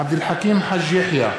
עבד אל חכים חאג' יחיא,